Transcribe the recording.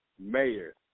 mayor